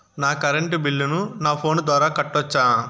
నా కరెంటు బిల్లును నా ఫోను ద్వారా కట్టొచ్చా?